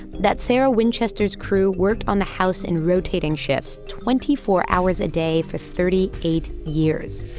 that sarah winchester's crew worked on the house in rotating shifts, twenty four hours a day for thirty eight years